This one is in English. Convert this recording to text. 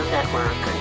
Network